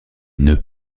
nœuds